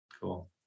Cool